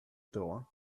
door